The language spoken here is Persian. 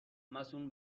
مصون